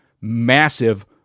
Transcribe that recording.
massive